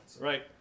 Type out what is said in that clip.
Right